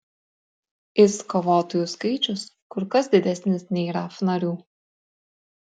is kovotojų skaičius kur kas didesnis nei raf narių